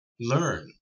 learn